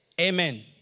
Amen